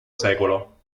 secolo